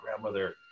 grandmother